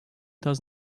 does